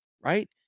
right